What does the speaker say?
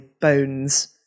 bones